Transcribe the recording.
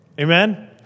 Amen